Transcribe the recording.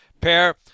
pair